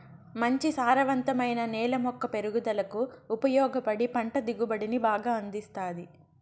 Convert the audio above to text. మంచి సారవంతమైన నేల మొక్క పెరుగుదలకు ఉపయోగపడి పంట దిగుబడిని బాగా అందిస్తాది